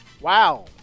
Wow